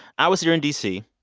i was here in d c.